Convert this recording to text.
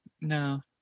No